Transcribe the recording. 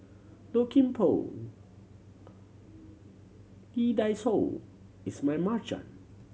Low Kim Pong Lee Dai Soh Ismail Marjan